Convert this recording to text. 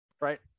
Right